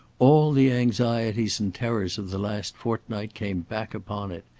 all the anxieties and terrors of the last fortnight, came back upon it.